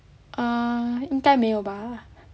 err 应该没有吧